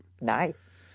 Nice